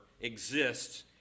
exists